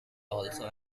also